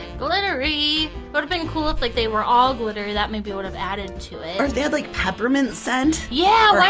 sort of been cool if like they were all glittery, that maybe would have added to it. or if they had like peppermint scent. yeah!